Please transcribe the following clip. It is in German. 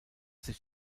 sich